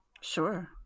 Sure